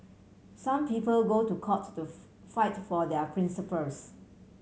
some people go to court to fight for their principles